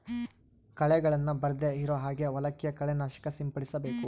ಕಳೆಗಳನ್ನ ಬರ್ದೆ ಇರೋ ಹಾಗೆ ಹೊಲಕ್ಕೆ ಕಳೆ ನಾಶಕ ಸಿಂಪಡಿಸಬೇಕು